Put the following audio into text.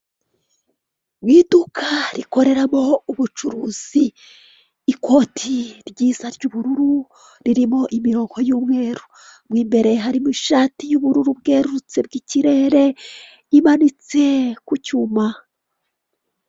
Ni iduka rikoreramo ubucuruzi. Ikoti ryiza ry'ubururu ririmo imirongo y'umweru, mo imbere hari ishati y'ubururu bwerurutse bwikirere, imanitse ku cyuma.